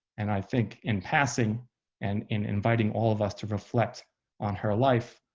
and i think in passing and in inviting all of us to reflect on her life,